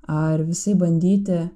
ar visaip bandyti